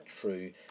true